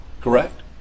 correct